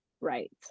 right